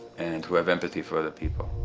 and who have empathy for other people.